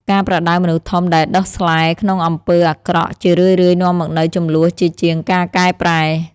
ការប្រដៅមនុស្សធំដែលដុះស្លែក្នុងអំពើអាក្រក់ ជារឿយៗនាំមកនូវជម្លោះជាជាងការកែប្រែ។